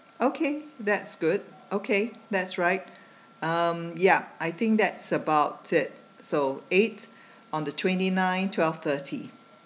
okay that's good okay that's right um yup I think that's about it so eight on the twenty nine twelve thirty